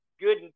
good